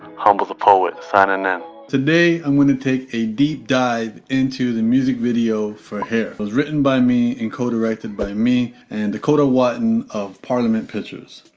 humble the poet signing in. today i'm going to take a deep dive into the music video for hair. it was written by me and co-directed by me and dakota watton of parliament pictures.